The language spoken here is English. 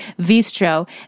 Vistro